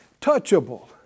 touchable